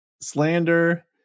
slander